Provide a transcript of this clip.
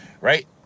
Right